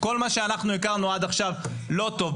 כל מה שהכרנו עד עכשיו לא טוב,